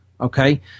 okay